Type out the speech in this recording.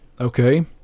Okay